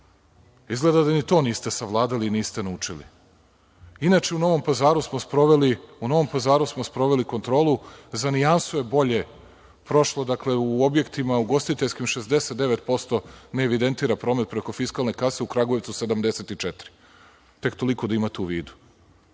Izgleda da ni to niste savladali, niste naučili. Inače, u Novom Pazaru smo sproveli kontrolu i za nijansu je bolje prošlo u objektima, ugostiteljskim, 69% ne evidentira promet preko fiskalne kase, a u Kragujevcu 74. Tek toliko da imate u vidu,